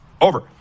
Over